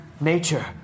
Nature